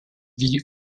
vit